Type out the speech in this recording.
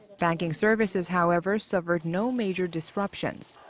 banking services, however, suffered no major disruptions.